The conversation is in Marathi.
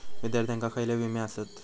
विद्यार्थ्यांका खयले विमे आसत?